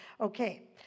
Okay